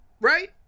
right